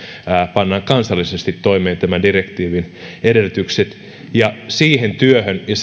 pannaan kansallisesti toimeen tämän direktiivin edellytykset ja siihen työhön ja